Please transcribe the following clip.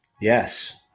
Yes